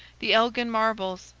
the elgin marbles,